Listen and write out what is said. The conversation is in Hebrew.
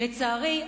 לצערי,